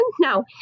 No